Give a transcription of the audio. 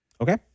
Okay